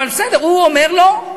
אבל בסדר, הוא אומר לו: